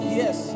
yes